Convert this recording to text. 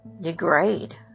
degrade